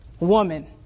Woman